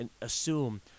assume